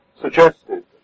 suggested